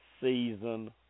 season